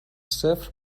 صفر